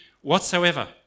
whatsoever